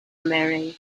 marry